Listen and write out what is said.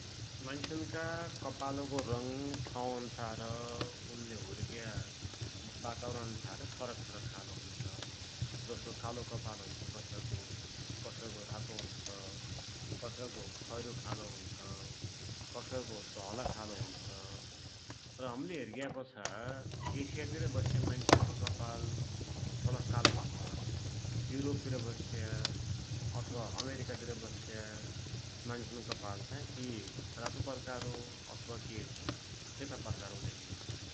मान्सुनका कपालको रङ ठौ अन्सार उनले हुक्र्या वातावरण अन्सार फरक फरक खालको हुन्छ । जसो कालो कपाल हुन्छ कसैको, कसैको रातो हु्न्छ, कसैको खैरो खालको हु्न्छ, कसैको धौला खालको हु्न्छ, र हमले हेरिग्यापाछा एशियातिर बस्या मान्सुनको कपाल थोडा कालो हुन्छ, युरोपतिर बस्या अथवा अमेरीका तिर बस्या मान्सुनको कपाल चाही केइ चाहि राता प्रकारको अथवा केइ चाई सेता प्रकारको धेकिन्छ ।